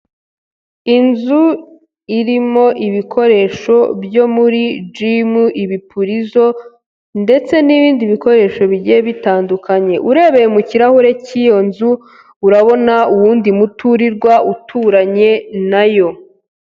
Inzu irimo ibikoresho byo muri jimu, ibipurizo ndetse n'ibindi bikoresho bigiye bitandukanye, urebeye mu kirahure cy'iyo nzu urabona uwundi muturirwa uturanye na yo.